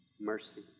mercy